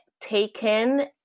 taken